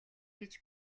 гэж